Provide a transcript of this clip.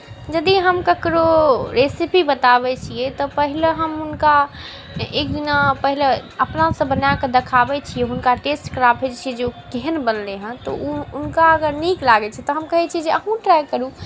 यदि हम ककरहु रेसिपी बताबैत छियै तऽ पहिले हम हुनका एकदिना पहिले अपनासँ बनाके देखाबैत छियै हुनका टेस्ट कराबैत छियै जे ओ केहन बनलै हेँ तऽ ओ हुनका अगर नीक लागैत छै तऽ हम कहैत छियै जे अहूँ ट्राइ करू